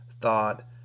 thought